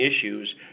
issues